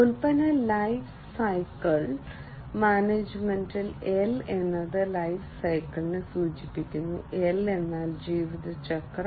ഉൽപ്പന്ന life cycle മാനേജ്മെന്റിന്റെ L എന്നത് ലൈഫ് സൈക്കിളിനെ സൂചിപ്പിക്കുന്നു L എന്നാൽ ജീവിതചക്രം